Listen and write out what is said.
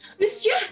Monsieur